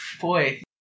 Boy